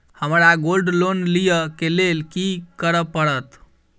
हमरा gold loan लिय केँ लेल की करऽ पड़त?